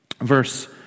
Verse